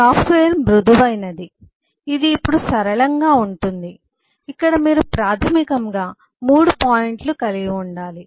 software మృదువైనది ఇది ఇప్పుడు సరళంగా ఉంటుంది ఇక్కడ మీరు ప్రాధమికంగా 3 పాయింట్లు కలిగి ఉండాలి